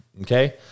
okay